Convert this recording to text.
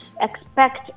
expect